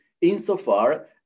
insofar